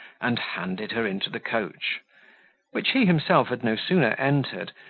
and handed her into the coach which he himself had no sooner entered,